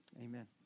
Amen